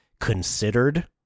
considered